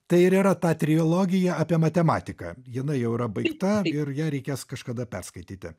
tai ir yra ta trilogija apie matematiką jinai jau yra baigta ir ją reikės kažkada perskaityti